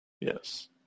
Yes